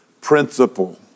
principle